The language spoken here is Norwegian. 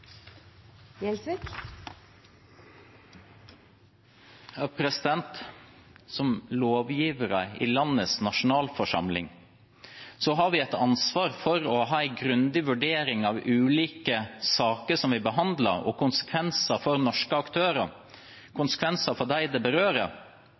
Som lovgivere i landets nasjonalforsamling har vi et ansvar for å ha en grundig vurdering av ulike saker vi behandler, og av konsekvensene for norske aktører